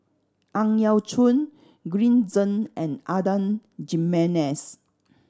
Ang Yau Choon Green Zeng and Adan Jimenez